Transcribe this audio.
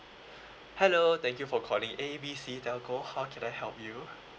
hello thank you for calling A B C telco how can I help you